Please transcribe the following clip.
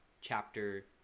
Chapter